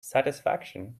satisfaction